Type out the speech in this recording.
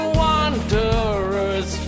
wanderers